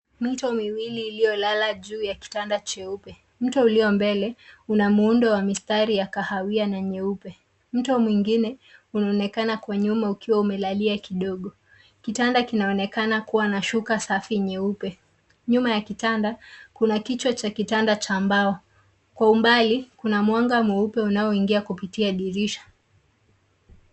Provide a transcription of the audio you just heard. Mito miwili iliyolala juu ya kitanda cheupe. Mto ulio mbele una muundo wa mistari ya kahawia na nyeupe. Mto mwingine unaonekana kwa nyuma ukiwa umelalia kidogo. Kitanda kinaonekana kuwa na shuka safi nyeupe. Nyuma ya kitanda, kuna kichwa cha kitanda cha mbao. Kwa umbali, kuna mwanga mweupe unaoingia kupitia dirisha.